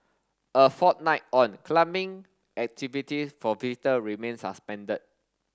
a fortnight on climbing activities for visitor remain suspended